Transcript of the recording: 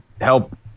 help